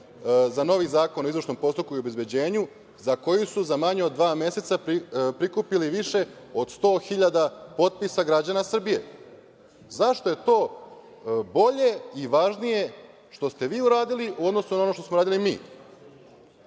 za novi zakon o izvršnom postupku i obezbeđenju za koji su za manje dva meseca prikupili više od 100 hiljada potpisa građana Srbije? Zašto je to bolje i važnije što ste vi uradili u odnosu na ono što smo uradili mi? Ja